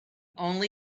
only